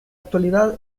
actualidad